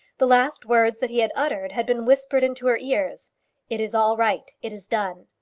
the last words that he had uttered had been whispered into her ears it is all right. it is done.